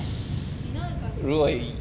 like you know got